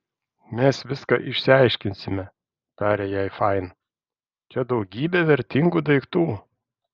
mes viską išsiaiškinsime tarė jai fain čia daugybė vertingų daiktų